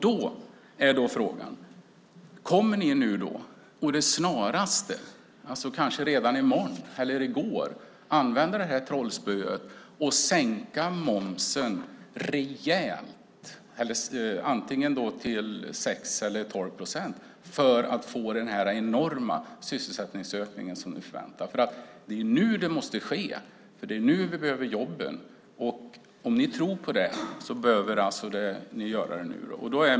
Då är frågan: Kommer ni snarast - redan i morgon eller i går - att använda det här trollspöet och sänka momsen rejält, antingen till 6 eller 12 procent, för att få den enorma sysselsättningsökning som ni förväntar er? Det är ju nu det måste ske. Det är nu vi behöver jobben.